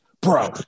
Bro